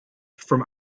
from